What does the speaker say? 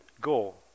goal